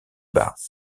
bas